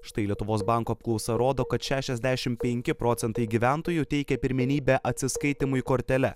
štai lietuvos banko apklausa rodo kad šešiasdešim penki procentai gyventojų teikia pirmenybę atsiskaitymui kortele